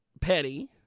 Petty